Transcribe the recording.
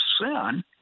sin